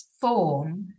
form